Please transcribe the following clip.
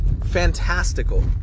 fantastical